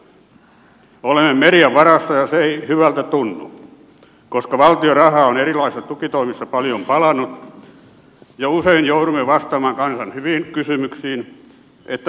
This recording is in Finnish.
olemme median varassa ja se ei hyvältä tunnu koska valtion rahaa on erilaisissa tukitoimissa paljon palanut ja usein joudumme vastaamaan kansan hyviin kysymyksiin siitä missä mennään